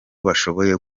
bashoboye